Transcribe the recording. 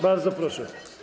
Bardzo proszę.